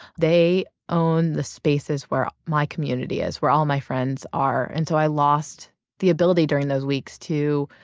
they own the spaces where my community is, where all my friend are. and so i lost the ability during those weeks to